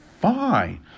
fine